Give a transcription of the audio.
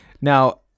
Now